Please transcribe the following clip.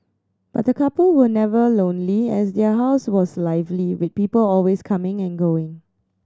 but the couple were never lonely as their house was lively with people always coming and going